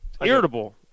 Irritable